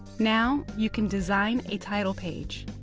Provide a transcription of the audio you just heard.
now, you can design a title page.